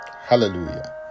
Hallelujah